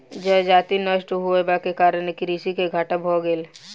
जजति नष्ट होयबाक कारणेँ कृषक के घाटा भ गेलै